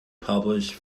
published